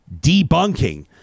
debunking